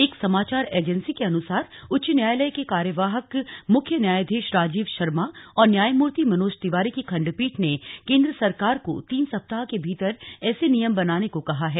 एक समाचार एजेंसी के अनुसार उच्च न्यायालय के कार्यवाहक मुख्य न्यायाधीश राजीव शर्मा और न्यायमूर्ति मनोज तिवारी की खंडपीठ ने केंद्र सरकार को तीन सप्ताह के भीतर ऐसे नियम बनाने को कहा है